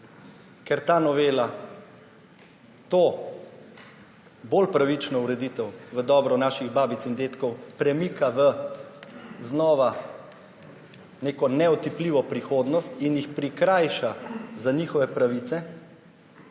Ker ta novela to bolj pravično ureditev v dobro naših babic in dedkov premika v znova neko neotipljivo prihodnost in jih prikrajša za njihove pravice,